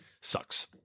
Sucks